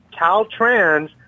Caltrans